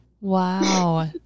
Wow